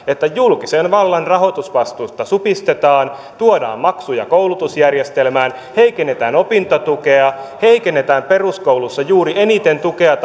että julkisen vallan rahoitusvastuusta supistetaan tuodaan maksuja koulutusjärjestelmään heikennetään opintotukea heikennetään peruskouluissa juuri eniten tukea